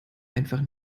einfach